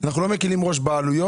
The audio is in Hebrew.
אנחנו לא מקילים ראש בעלויות